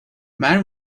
man